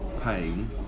pain